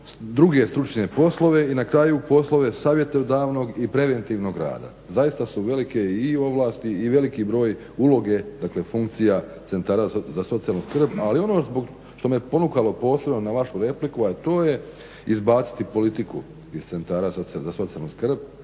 druge stručne poslove i na kraju poslove savjetodavnog i preventivnog rada. Zaista su velike i ovlasti i veliki broj uloge dakle funkcija centara za socijalnu skrb. Ali ono što me ponukalo posebno na vašu repliku, a to je izbaciti politiku iz centara za socijalnu skrb,